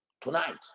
Tonight